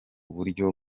buryo